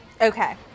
Okay